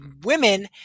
women